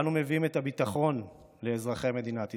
אנו מביאים את הביטחון לאזרחי מדינת ישראל.